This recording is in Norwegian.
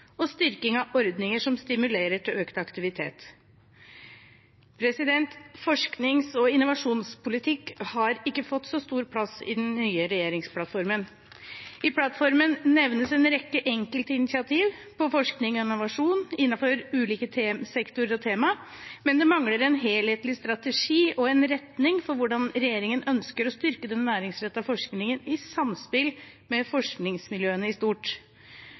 og styrking av ordninger som stimulerer til økt aktivitet. Forsknings- og innovasjonspolitikk har ikke fått så stor plass i den nye regjeringsplattformen. I plattformen nevnes en rekke enkeltinitiativ på forskning og innovasjon innenfor ulike sektorer og temaer, men det mangler en helhetlig strategi og en retning for hvordan regjeringen ønsker å styrke den næringsrettede forskningen i samspill med forskningsmiljøene i stort.